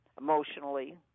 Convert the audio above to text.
emotionally